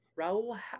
Raul